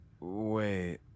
Wait